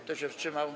Kto się wstrzymał?